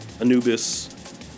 Anubis